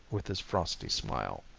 with his frosty smile.